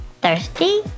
thirsty